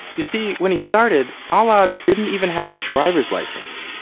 you see, when he started, ah alaa didn't even have a driver's license.